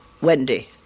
Wendy